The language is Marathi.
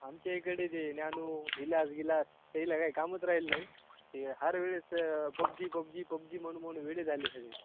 आमच्या इकडे ते न्यानू विलास गिलास तेईला काय कामच राहील नाही ते हर वेळेस पबजी पबजी पबजी म्हणू म्हणू वेडे झाले सगळे